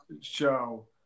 show